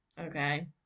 okay